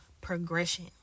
progression